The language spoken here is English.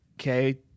okay